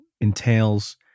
entails